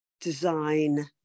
design